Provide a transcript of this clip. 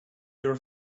your